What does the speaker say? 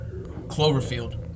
Cloverfield